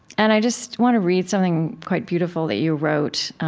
and i just want to read something quite beautiful that you wrote